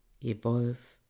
evolve